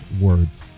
words